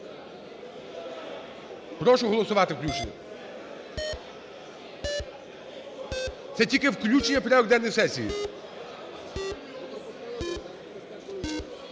Прошу голосувати включення. Це тільки включення у порядок денний сесії.